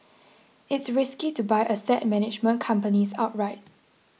it's risky to buy asset management companies outright